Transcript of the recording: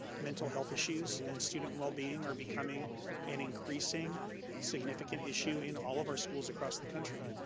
mental health issues and student well-being are becoming an increasing significant issue in all of our schools across the country.